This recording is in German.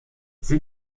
sie